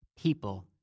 People